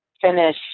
finish